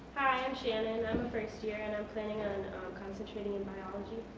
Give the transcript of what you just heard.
shannon. i'm a first year and i'm planning on concentrating in biology.